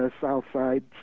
Southside